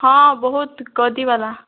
ହଁ ବହୁତ ଗଦ୍ଦି ବାଲା